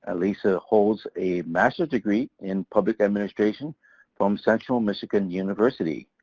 ah lisa holds a master's degree in public administration from central michigan university.